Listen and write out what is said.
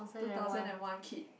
two thousand and one kid